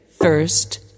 first